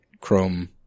Chrome